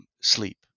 sleep